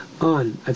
On